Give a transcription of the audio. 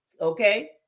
okay